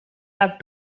have